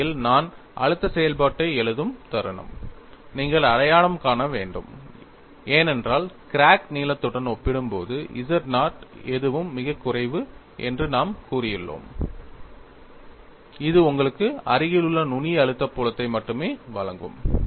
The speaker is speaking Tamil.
இந்த வழியில் நான் அழுத்த செயல்பாட்டை எழுதும் தருணம் நீங்கள் அடையாளம் காண வேண்டும் ஏனென்றால் கிராக் நீளத்துடன் ஒப்பிடும்போது z0 எதுவும் மிகக் குறைவு என்று நாம் கூறியுள்ளோம் இது உங்களுக்கு அருகிலுள்ள நுனி அழுத்த புலத்தை மட்டுமே வழங்கும்